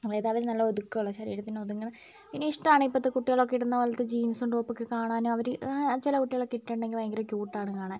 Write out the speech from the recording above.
അതായത് അവർ നല്ല ഒതുക്കമുള്ള ശരീരത്തിന് ഒതുങ്ങുന്ന പിന്നെ ഇഷ്ടമാണ് ഇപ്പോഴത്തെ കുട്ടികളൊക്കെ ഇടുന്ന പോലത്തെ ജീൻസും ടോപ്പും ഒക്കെ കാണാനും അവർ ചില കുട്ടികളൊക്കെ ഇട്ടിട്ടുണ്ടെങ്കിൽ ഭയങ്കര ക്യൂട്ട് ആണ് കാണാൻ